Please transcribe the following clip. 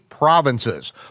Provinces